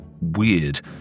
weird